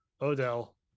Odell